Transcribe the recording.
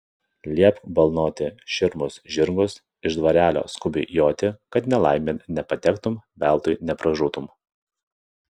liepk balnoti širmus žirgus iš dvarelio skubiai joti kad nelaimėn nepatektum veltui nepražūtum